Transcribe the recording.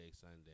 Sunday